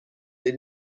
they